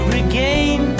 regain